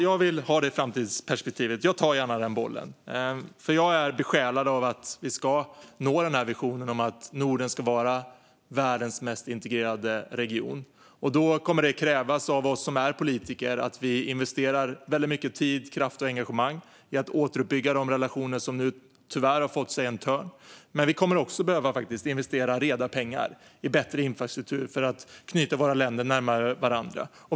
Jag vill ha detta framtidsperspektiv, och jag tar gärna denna boll eftersom jag är besjälad av att vi ska nå denna vision om att Norden ska vara världens mest integrerade region. Då kommer det att krävas av oss politiker att vi investerar väldigt mycket tid, kraft och engagemang för att återuppbygga de relationer som nu tyvärr har fått sig en törn. Men vi kommer faktiskt också att behöva investera reda pengar i bättre infrastruktur för att knyta våra länder närmare varandra.